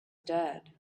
dead